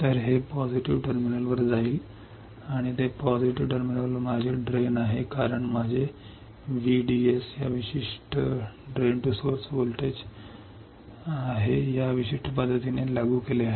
तर हे पॉझिटिव्ह टर्मिनलवर जाईल आणि ते पॉझिटिव्ह टर्मिनल माझे ड्रेन आहे कारण माझे व्हीडीएस या विशिष्ट पद्धतीने लागू केले आहेत